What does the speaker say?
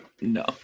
no